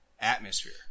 atmosphere